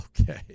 Okay